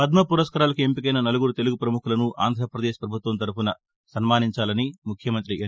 పద్మ పురస్కారాలకు ఎంపికైన నలుగురు తెలుగు ప్రముఖులను ఆంధ్రపదేశ్ ప్రభుత్వం తరపున సన్మానించాలని ముఖ్యమంతి ఎన్